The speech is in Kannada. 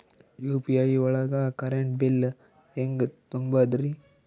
ಯು.ಪಿ.ಐ ಒಳಗ ಕರೆಂಟ್ ಬಿಲ್ ಹೆಂಗ್ ತುಂಬದ್ರಿ?